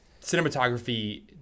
cinematography